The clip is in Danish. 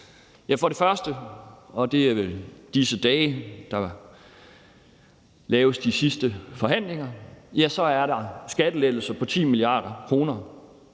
For det første – og det er i disse dage, der laves de sidste forhandlinger – er der skattelettelser på 10 mia. kr.